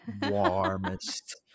warmest